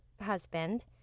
husband